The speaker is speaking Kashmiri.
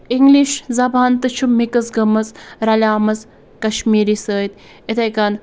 اِنٛگلِش زبان تہٕ چھُ مِکٕس گٔمٕژ رَلیمٕژ کَشمیٖری سۭتۍ یِتھَے کٔنۍ